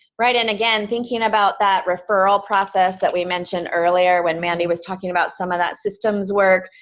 right and again, thinking about that referral process that we mentioned earlier when mandy was talking about some of that systems work,